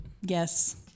Yes